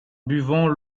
buvant